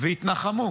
והתנחמו